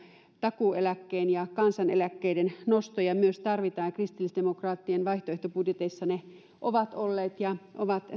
takuueläkkeen ja kansaneläkkeiden nostoja myös tarvitaan ja kristillisdemokraattien vaihtoehtobudjeteissa ne ovat olleet ja ovat